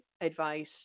advice